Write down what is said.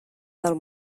del